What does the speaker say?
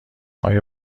آیا